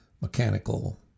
mechanical